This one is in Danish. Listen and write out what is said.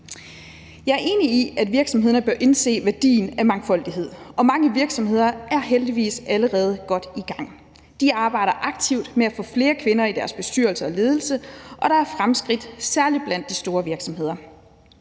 Jeg er enig i, at virksomhederne bør indse værdien af mangfoldighed, og mange virksomheder er heldigvis allerede godt i gang. De arbejder aktivt med at få flere kvinder i deres bestyrelser og ledelser, og der er fremskridt særlig blandt de store virksomheder.